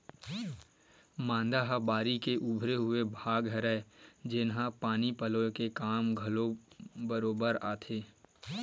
मांदा ह बाड़ी के उभरे हुए भाग हरय, जेनहा पानी पलोय के काम घलो बरोबर आथे